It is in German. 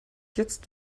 jetzt